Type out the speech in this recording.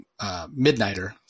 Midnighter